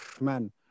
man